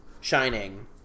Shining